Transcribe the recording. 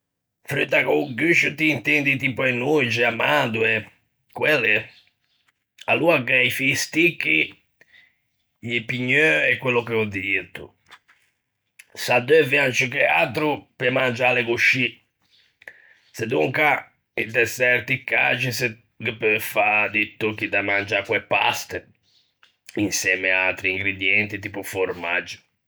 Fruta co-o guscio ti intendi tipo e noxe, amandoe, quelle? Aloa gh'é i fisticchi, i pigneu e quello che ò dito; s'addeuvian ciù che atro pe mangiâle coscì, sedonca inte çerti caxi se ghe peu fâ di tocchi da mangiâ co-e paste, insemme à atri ingredienti, tipo o formaggio.